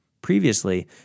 Previously